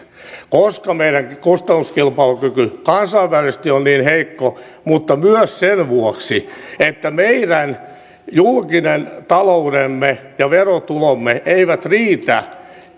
koska meidän kustannuskilpailukyky kansainvälisesti on niin heikko mutta myös sen vuoksi että meidän julkinen taloutemme ja verotulomme eivät riitä